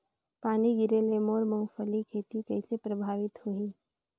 पानी गिरे ले मोर मुंगफली खेती कइसे प्रभावित होही?